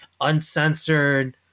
uncensored